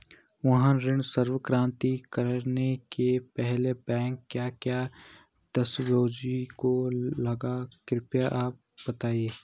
वाहन ऋण स्वीकृति करने से पहले बैंक क्या क्या दस्तावेज़ों को लेगा कृपया आप बताएँगे?